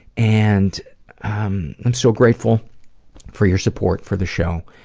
and i'm so grateful for your support for the show.